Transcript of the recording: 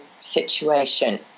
situation